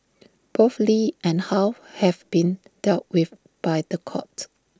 both lee and how have been dealt with by The Court